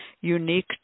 unique